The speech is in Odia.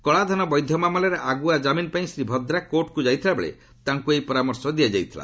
କଳାଧନ ବୈଧ ମାମଲାରେ ଆଗୁଆ କାମିନ୍ ପାଇଁ ଶ୍ରୀ ଭଦ୍ରା କୋର୍ଟକୁ ଯାଇଥିଲା ବେଳେ ତାଙ୍କୁ ଏହି ପରାମର୍ଶ ଦିଆଯାଇଥିଲା